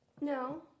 no